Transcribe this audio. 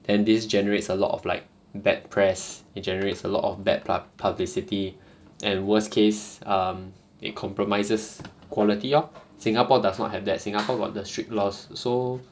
then this generates a lot of like bad press it generates a lot of bad publicity and worst case um it compromises quality lor singapore does not have that singapore got the strict laws so